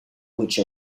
which